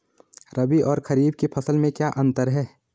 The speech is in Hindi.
रबी और खरीफ की फसल में क्या अंतर है?